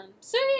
See